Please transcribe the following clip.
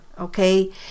okay